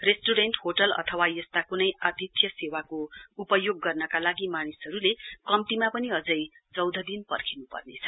restaurant hotel अथवा यस्ता क्नै आथित्य सेवाको उपयोग गर्नका लागि मानिसहरूले कम्तीमा पनि अझै चौध दिन पर्खिन् पर्नेछ